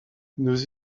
nous